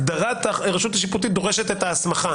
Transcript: הגדרת הרשות השיפוטית דורשת את ההסמכה